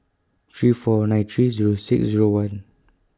three four nine three Zero six Zero one